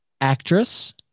actress